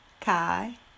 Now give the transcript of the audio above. Kai